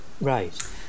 Right